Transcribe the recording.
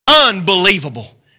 Unbelievable